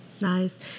Nice